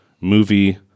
movie